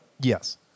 Yes